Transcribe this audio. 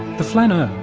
the flaneur,